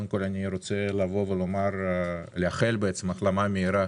אני מאחל החלמה מהירה